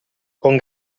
con